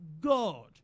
God